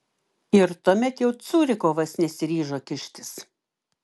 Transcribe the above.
ir tuomet jau curikovas nesiryžo kištis